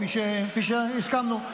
כפי שהסכמנו,